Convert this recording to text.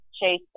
Chase